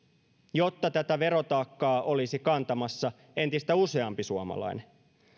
jotta tätä verotaakkaa olisi kantamassa entistä useampi suomalainen